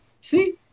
see